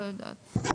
לא יודעת.